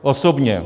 Osobně.